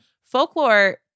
Folklore